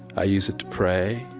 i use it to pray,